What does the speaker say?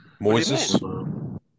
Moises